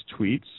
tweets